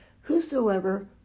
whosoever